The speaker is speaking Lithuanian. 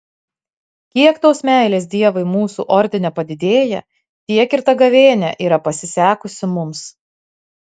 kiek tos meilės dievui mūsų ordine padidėja tiek ir ta gavėnia yra pasisekusi mums